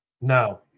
No